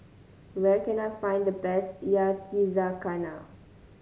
where can I find the best Yakizakana